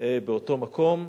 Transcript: באותו מקום.